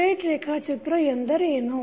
state ರೇಖಾಚಿತ್ರ ಎಂದರೇನು